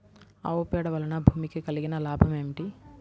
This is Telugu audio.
ఆవు పేడ వలన భూమికి కలిగిన లాభం ఏమిటి?